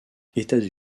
états